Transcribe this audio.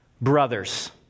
Brothers